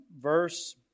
Verse